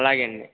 అలాగే అండి